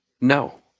No